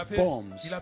bombs